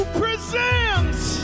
presents